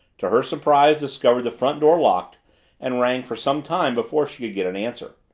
to her surprise discovered the front door locked and rang for some time before she could get an answer.